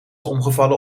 omgevallen